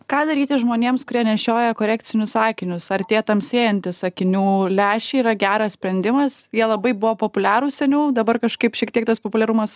ką daryti žmonėms kurie nešioja korekcinius akinius ar tie tamsėjantys akinių lęšiai yra geras sprendimas jie labai buvo populiarūs seniau dabar kažkaip šiek tiek tas populiarumas